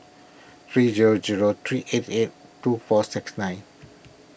three zero zero three eight eight two four six nine